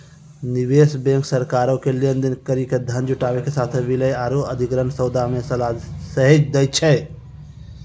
निवेश बैंक सरकारो के लेन देन करि के धन जुटाबै के साथे विलय आरु अधिग्रहण सौदा मे सलाह सेहो दै छै